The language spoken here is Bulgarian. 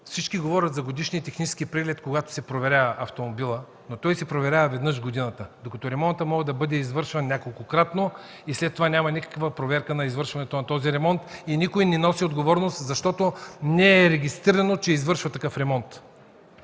Всички говорят за годишния технически преглед, когато се проверява автомобилът, но той се проверява веднъж в годината, докато ремонтът може да бъде извършван неколкократно и след това няма никаква проверка на извършването на този ремонт и никой не носи отговорност, защото не е регистрирано, че е извършен такъв ремонт.